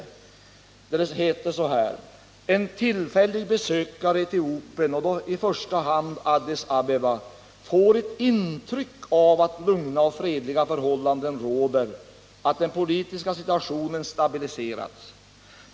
Det står bl.a. följande i denna rapport: ”En tillfällig besökare i Etiopien och då i första hand Addis Abeba får ett intryck av att lugna och fredliga förhållanden råder, att den politiska situationen stabiliserats.